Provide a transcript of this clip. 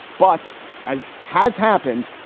but as has happened,